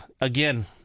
again